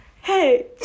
Hey